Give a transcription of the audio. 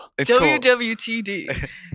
WWTD